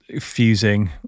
fusing